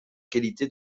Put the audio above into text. qualité